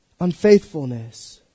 Unfaithfulness